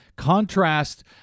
contrast